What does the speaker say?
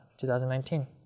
2019